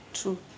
true